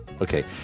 Okay